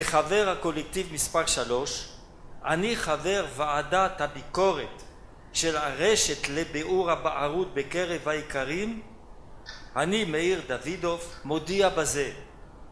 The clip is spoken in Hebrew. חבר הקולקטיב מספר שלוש, אני חבר ועדת הביקורת של הרשת לביאור הבערות בקרב האיכרים, אני מאיר דודוב מודיע בזה